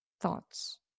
thoughts